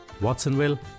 Watsonville